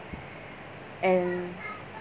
and